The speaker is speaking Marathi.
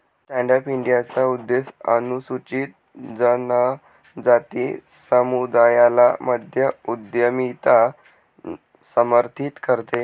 स्टॅन्ड अप इंडियाचा उद्देश अनुसूचित जनजाति समुदायाला मध्य उद्यमिता समर्थित करते